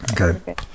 okay